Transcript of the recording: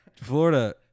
Florida